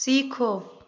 सीखो